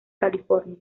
california